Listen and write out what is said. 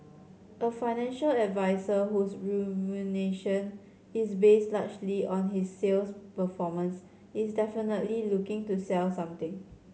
a financial advisor whose is based largely on his sales performance is definitely looking to sell something